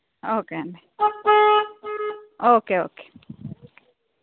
okay అండి okay okay